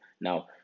now